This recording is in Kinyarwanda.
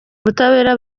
ubutabera